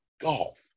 golf